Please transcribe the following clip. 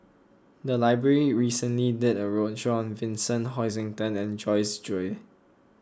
the library recently did a roadshow on Vincent Hoisington and Joyce Jue